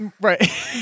Right